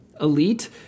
Elite